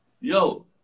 yo